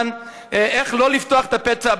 איך לא לפתוח את הפצע,